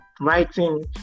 writing